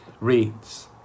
reads